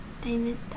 David